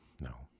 no